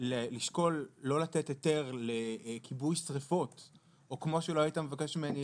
לשקול לא לתת היתר לכיבוי שריפות או כמו שלא היית מבקש ממני